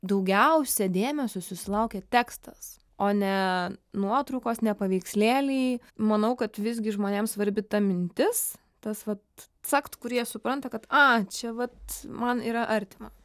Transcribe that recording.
daugiausia dėmesio susilaukia tekstas o ne nuotraukos ne paveikslėliai manau kad visgi žmonėms svarbi ta mintis tas vat cakt kur jie supranta kad a čia vat man yra artima